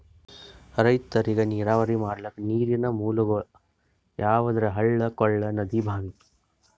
ರೈತರಿಗ್ ನೀರಾವರಿ ಮಾಡ್ಲಕ್ಕ ನೀರಿನ್ ಮೂಲಗೊಳ್ ಯಾವಂದ್ರ ಹಳ್ಳ ಕೊಳ್ಳ ನದಿ ಭಾಂವಿ